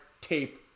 tape